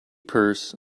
purse